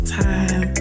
time